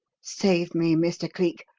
save me, mr. cleek!